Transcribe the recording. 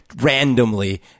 randomly